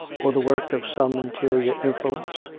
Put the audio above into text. or the work of some interior influence,